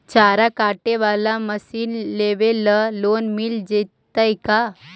चारा काटे बाला मशीन लेबे ल लोन मिल जितै का?